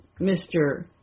Mr